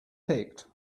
picked